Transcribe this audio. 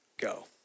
go